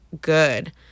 good